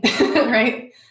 right